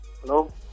Hello